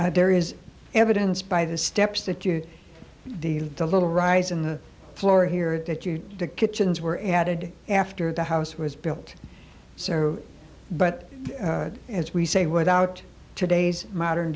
time there is evidence by the steps that you the little rise in the floor here that you to kitchens were added after the house was built sir but as we say without today's modern